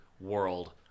world